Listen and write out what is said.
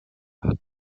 hat